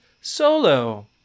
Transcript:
Solo